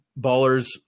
ballers